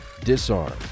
Disarm